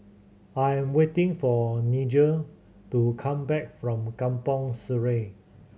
I'm waiting for Nigel to come back from Kampong Sireh